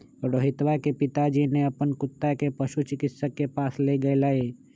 रोहितवा के पिताजी ने अपन कुत्ता के पशु चिकित्सक के पास लेगय लय